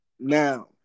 Now